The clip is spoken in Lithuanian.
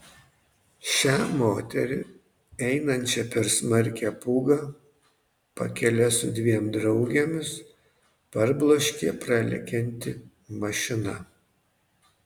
šią moterį einančią per smarkią pūgą pakele su dviem draugėmis parbloškė pralekianti mašina